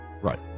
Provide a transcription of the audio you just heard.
Right